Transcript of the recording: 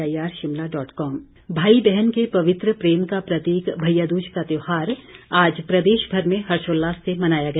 भैयादूज भाई बहन के पवित्र प्रेम का प्रतीक भैया दूज का त्यौहार आज प्रदेश भर में हर्षोल्लास से मनाया गया